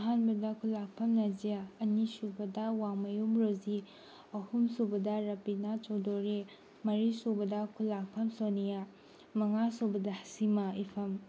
ꯑꯍꯥꯟꯕꯗ ꯈꯨꯜꯂꯥꯛꯐꯝ ꯅꯖꯤꯌꯥ ꯑꯅꯤꯁꯨꯕꯗ ꯋꯥꯡꯃꯌꯨꯝ ꯔꯣꯖꯤ ꯑꯍꯨꯝꯁꯨꯕꯗ ꯔꯕꯤꯅꯥ ꯆꯧꯗꯣꯔꯤ ꯃꯔꯤꯁꯨꯕꯗ ꯈꯨꯜꯂꯥꯛꯐꯝ ꯁꯣꯅꯤꯌꯥ ꯃꯉꯥꯁꯨꯕꯗ ꯍꯁꯤꯃꯥ ꯏꯐꯝ